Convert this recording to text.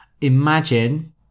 Imagine